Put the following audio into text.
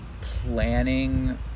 planning